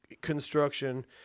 construction